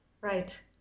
Right